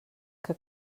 que